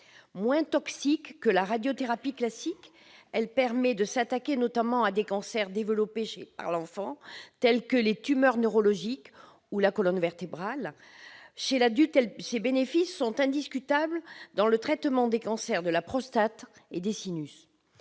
Moins toxique que la radiothérapie classique, elle permet notamment de s'attaquer à des cancers développés par l'enfant, tels que des tumeurs neurologiques ou de la colonne vertébrale. Chez l'adulte, ses bénéfices sont indiscutables dans le traitement des cancers de la prostate et des sinus.